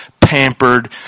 pampered